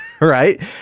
Right